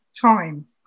time